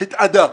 התאדה.